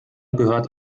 gehört